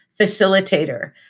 facilitator